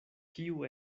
kiu